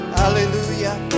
hallelujah